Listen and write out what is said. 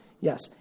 Yes